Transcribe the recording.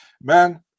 man